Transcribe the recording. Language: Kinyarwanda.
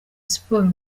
siporo